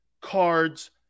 Cards